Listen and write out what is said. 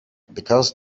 because